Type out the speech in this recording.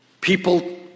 People